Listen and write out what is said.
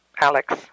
Alex